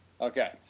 Okay